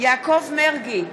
יעקב מרגי,